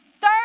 Third